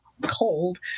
cold